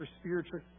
spiritual